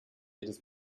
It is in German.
jedes